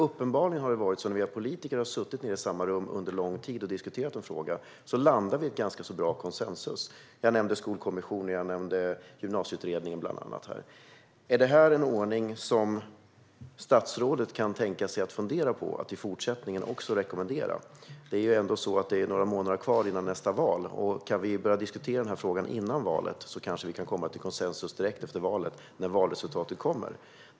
Uppenbarligen har det varit så att när vi politiker har suttit i samma rum under lång tid och diskuterat en fråga har vi landat i bra konsensus. Jag nämnde Skolkommissionen och Gymnasieutredningen. Är det en ordning som statsrådet kan tänka sig att rekommendera också i fortsättningen? Det är några månader kvar till nästa val. Om vi kan börja diskutera frågan före valet kanske vi kan komma till konsensus direkt efter valet när valresultatet kommer.